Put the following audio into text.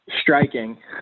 Striking